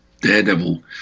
Daredevil